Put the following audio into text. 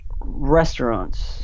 restaurants